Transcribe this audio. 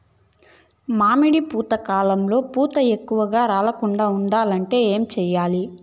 మామిడి పూత కాలంలో పూత ఎక్కువగా రాలకుండా ఉండాలంటే ఏమి చెయ్యాలి?